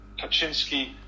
Kaczynski